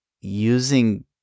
using